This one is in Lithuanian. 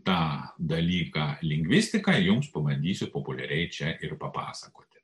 tą dalyką lingvistiką jums pabandysiu populiariai čia ir papasakoti